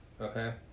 okay